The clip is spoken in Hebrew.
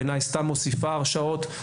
בעיניי סתם מוסיפה הרשעות,